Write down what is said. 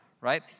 right